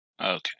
Okay